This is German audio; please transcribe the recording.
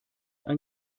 ein